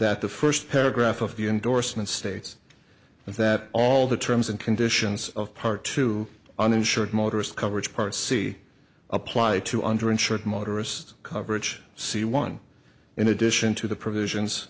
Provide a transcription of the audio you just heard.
that the first paragraph of the endorsement states that all the terms and conditions of part two uninsured motorist coverage part c apply to under insured motorists coverage c one in addition to the provisions